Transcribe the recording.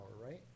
right